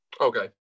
Okay